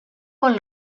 con